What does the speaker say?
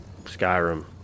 Skyrim